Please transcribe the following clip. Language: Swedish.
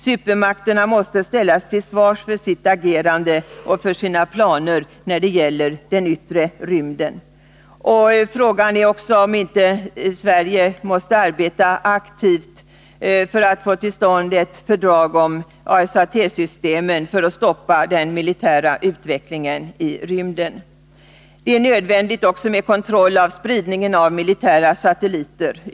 Supermakterna måste ställas till svars för sitt agerande och för sina planer när det gäller den yttre rymden. Frågan är om inte Sverige även måste arbeta aktivt för att få till stånd ett fördrag om ASAT-systemen i syfte att stoppa den militärteknologiska utvecklingen i rymden. Det är också nödvändigt med kontroll av spridningen av militära satelliter.